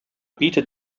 bietet